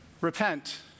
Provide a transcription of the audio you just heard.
Repent